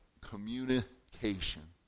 communication